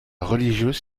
religieuse